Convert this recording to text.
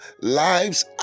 lives